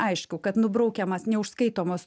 aišku kad nubraukiamas neužskaitomas